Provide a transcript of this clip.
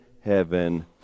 heaven